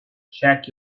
check